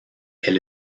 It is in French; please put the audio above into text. est